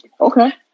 Okay